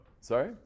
Sorry